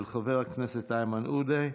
של חבר הכנסת איימן עודה: